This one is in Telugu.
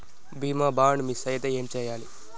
బీమా బాండ్ మిస్ అయితే ఏం చేయాలి?